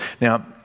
Now